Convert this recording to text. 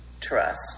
trust